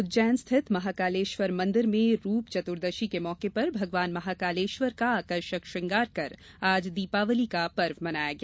उज्जैन स्थित महाकालेश्वर मंदिर में रूप चतुर्दशी के मौके पर भगवान महाकालेश्वर का आकर्षक श्रृंगार कर आज दीपावली का पर्व मनाया गया